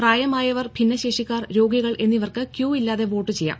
പ്രായമായവർ ഭിന്നശേഷിക്കാർ രോഗികൾ എന്നിവർക്ക് ക്യൂ ഇല്ലാതെ വോട്ട് ചെയ്യാം